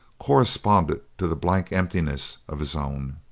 corresponded to the blank emptiness of his own.